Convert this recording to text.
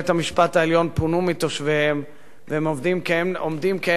פונו מתושביהם והם עומדים כאבן שאין לה הופכין